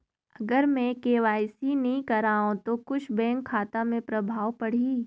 अगर मे के.वाई.सी नी कराहू तो कुछ बैंक खाता मे प्रभाव पढ़ी?